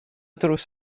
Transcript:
drws